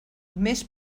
més